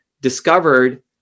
discovered